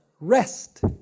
rest